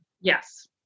Yes